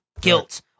guilt